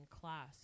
class